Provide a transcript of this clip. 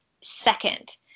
second